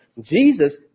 Jesus